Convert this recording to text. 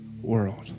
world